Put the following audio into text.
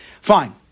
Fine